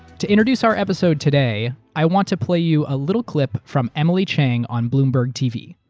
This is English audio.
to introduce our episode today, i want to play you a little clip from emily chang on bloomberg tv.